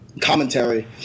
commentary